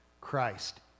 Christ